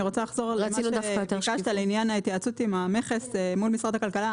אני רוצה לחזור על מה שביקשת לעניין ההתייעצות עם המכס מול משרד הכלכלה,